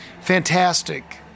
fantastic